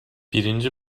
birinci